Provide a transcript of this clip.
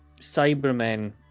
Cybermen